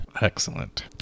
Excellent